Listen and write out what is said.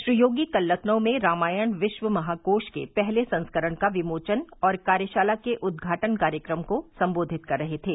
श्री योगी कल लखनऊ में रामायण विश्व महाकोश के पहले संस्करण का विमोचन और कार्यशाला के उद्घाटन कार्यक्रम को सम्बोधित कर रहे थे